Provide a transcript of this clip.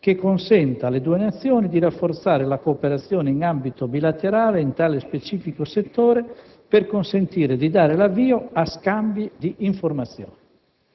che consenta alle due Nazioni di rafforzare la cooperazione in ambito bilaterale in tale specifico settore, per consentire di dare l'avvio a scambi di informazioni.